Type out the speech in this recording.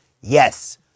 Yes